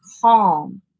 calm